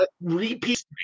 repeat